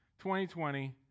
2020